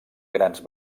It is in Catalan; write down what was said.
grans